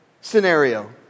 scenario